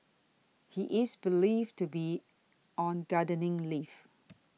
he is believed to be on gardening leave